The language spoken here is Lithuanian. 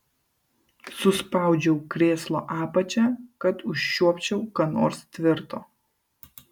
suspaudžiau krėslo apačią kad užčiuopčiau ką nors tvirto